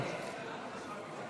אין